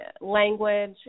language